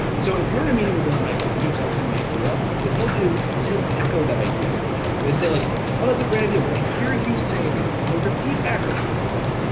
so if you're in a meeting with lorne michaels and you tell him an idea, what he'll do is he'll echo that idea back to you, and say like ah that's a great idea, what i hear you saying is and he'll repeat back what you just said.